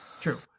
True